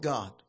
God